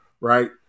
right